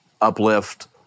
uplift